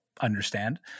understand